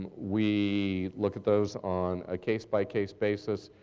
we look at those on a case by case basis.